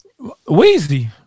Weezy